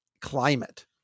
climate